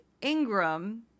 Ingram